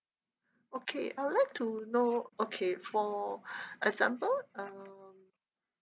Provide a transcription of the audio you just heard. okay I would like to know okay for example um